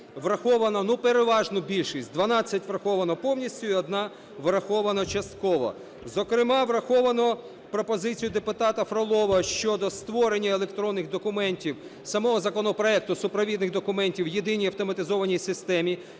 враховано, ну, переважну більшість: 12 враховано повністю і одна врахована частково. Зокрема, врахована пропозиція депутата Фролова щодо створення електронних документів самого законопроекту супровідних документів в єдиній автоматизованій системі,